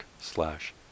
slash